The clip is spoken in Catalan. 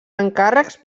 encàrrecs